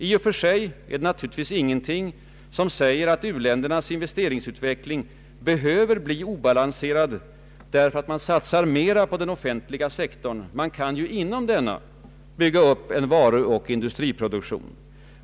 I och för sig är det naturligtvis ingenting som säger att u-ländernas invesieringsutveckling behöver bli obalanserad därför att man satsar mer på den oifentliga sektorn. Man kan ju inom denna bygga upp en varuoch industriproduktion.